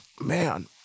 man